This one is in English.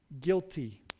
guilty